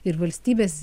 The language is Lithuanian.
ir valstybės